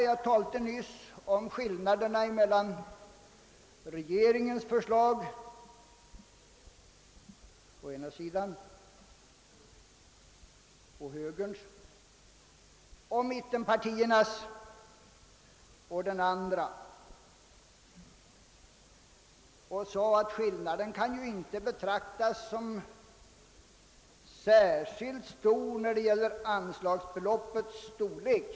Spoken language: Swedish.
Jag talade nyss om skillnaderna mellan regeringens förslag å ena sidan — och högerns — och mittenpartiernas å den andra, och jag framhöll att skillnaden inte kan betraktas som särskilt stor när det gäller anslagsbeloppets storlek.